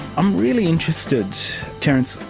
i'm really interested, terrance,